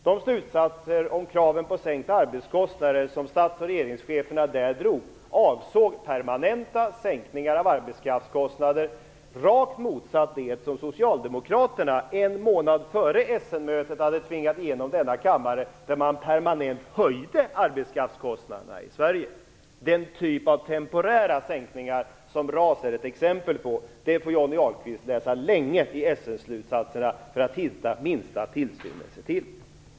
De slutsatser om krav på sänkta arbetskraftskostnader som stats och regeringscheferna där drog avsåg permanenta sänkningar, rakt motsatt det som socialdemokraterna en månad före Essenmötet hade tvingat igenom i kammaren, när man permanent höjde arbetskraftskostnaderna i Sverige. Den typ av temporära sänkningar som RAS är ett exempel på får Johnny Ahlqvist läsa länge i Essenslutsatserna för att hitta minsta tillstymmelse till.